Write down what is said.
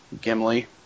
Gimli